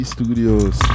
Studios